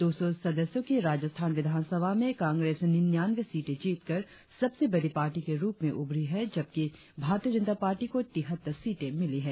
दो सौ सदस्यों की राजस्थान विधानसभा में कांग्रेस निन्यानवें सीटें जीतकर सबसे बड़ी पार्टी के रुप में उभरी है जबकि भारतीय जनता पार्टी को तिहत्तर सीटें मिली है